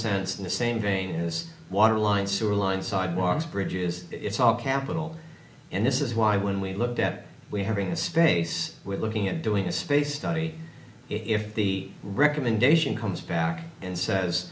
sense in the same vein as water lines sewer lines sidewalks bridges it's all capital and this is why when we looked at we having a space we're looking at doing a space study if the recommendation comes back and says